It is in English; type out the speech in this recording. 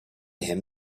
him